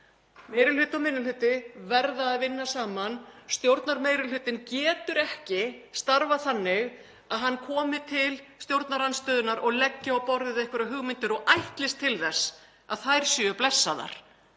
Meiri hluti og minni hluti verða að vinna saman. Stjórnarmeirihlutinn getur ekki starfað þannig að hann komi til stjórnarandstöðunnar og leggi á borðið einhverjar hugmyndir og ætlist til þess að þær séu blessaðar